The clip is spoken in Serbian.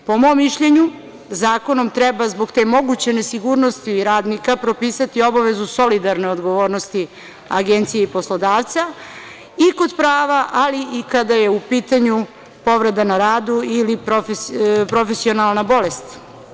Po mom mišljenju, zakonom treba zbog te moguće nesigurnosti radnika propisati obavezu solidarne odgovornosti agencije i poslodavca i kod prava, ali i kada je u pitanju povreda na radu ili profesionalna bolest.